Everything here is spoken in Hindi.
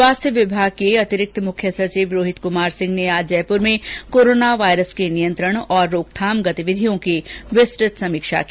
स्वास्थ्य विभाग के अतिरिक्त मुख्य सचिव रोहित कृमार सिंह ने आज जयपूर में कोरोना वायरस के नियंत्रण और रोकथाम गतिविधियों की विस्तत समीक्षा की